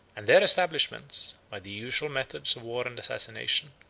and their establishments, by the usual methods of war and assassination,